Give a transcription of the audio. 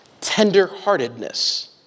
tender-heartedness